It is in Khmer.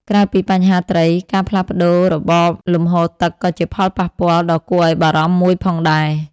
ក្រៅពីបញ្ហាត្រី ការផ្លាស់ប្ដូររបបលំហូរទឹកក៏ជាផលប៉ះពាល់ដ៏គួរឱ្យបារម្ភមួយផងដែរ។